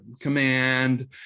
Command